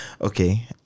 Okay